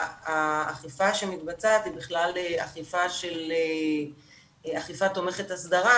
האכיפה שמתבצעת היא בכלל אכיפה תומכת הסדרה,